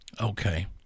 okay